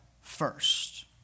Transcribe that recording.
first